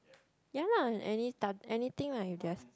ya lah anyt~ anything lah if they are